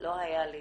לא היה לי